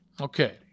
Okay